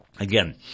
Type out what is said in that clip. Again